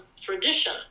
tradition